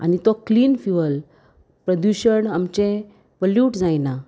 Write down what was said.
आनी तो clean fuel प्रदुशण आमचें पल्यूट जायना